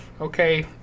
Okay